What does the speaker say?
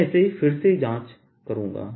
मैं इसे फिर से जांच करूंगा